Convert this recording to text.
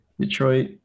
Detroit